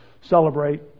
celebrate